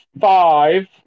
five